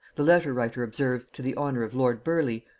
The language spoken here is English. the letter-writer observes, to the honor of lord burleigh,